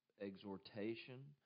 exhortation